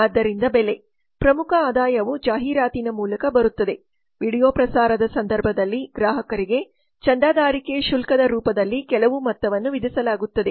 ಆದ್ದರಿಂದ ಬೆಲೆ ಪ್ರಮುಖ ಆದಾಯವು ಜಾಹೀರಾತಿನ ಮೂಲಕ ಬರುತ್ತದೆ ವೀಡಿಯೊ ಪ್ರಸಾರದ ಸಂದರ್ಭದಲ್ಲಿ ಗ್ರಾಹಕರಿಗೆ ಚಂದಾದಾರಿಕೆ ಶುಲ್ಕದ ರೂಪದಲ್ಲಿ ಕೆಲವು ಮೊತ್ತವನ್ನು ವಿಧಿಸಲಾಗುತ್ತದೆ